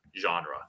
genre